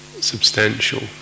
substantial